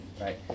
right